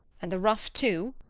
and the ruff too?